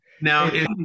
Now